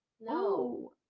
no